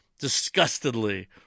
disgustedly